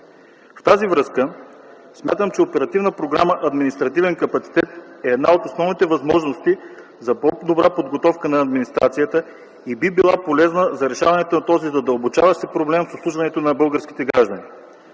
В тази връзка смятам, че Оперативна програма „Административен капацитет” е една от основните възможности за по-добра подготовка на администрацията и би била полезна за решаването на този задълбочаващ се проблем в обслужването на българските граждани.